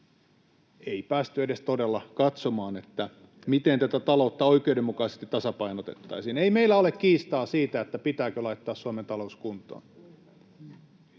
ei päästy edes todella katsomaan, miten tätä taloutta oikeudenmukaisesti tasapainotettaisiin. Ei meillä ole kiistaa siitä, pitääkö laittaa Suomen talous kuntoon.